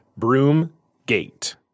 Broomgate